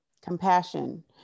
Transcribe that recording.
Compassion